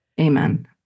amen